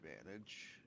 advantage